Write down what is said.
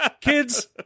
Kids